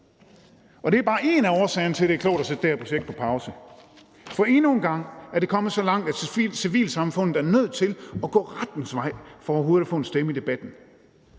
Det er bare en af årsagerne til, at det er klogt at sætte det her projekt på pause. For endnu en gang er det kommet så langt, at civilsamfundet er nødt til at gå rettens vej for overhovedet at få en stemme i debatten.